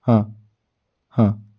ହଁ ହଁ